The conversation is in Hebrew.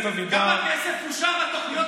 אופיר,